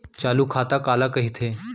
चालू खाता काला कहिथे?